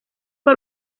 que